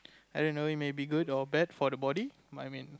I don't know it may be good or bad for the body I mean